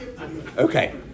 okay